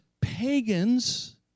pagans